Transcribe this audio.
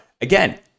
again